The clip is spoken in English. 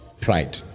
Pride